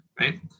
right